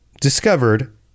discovered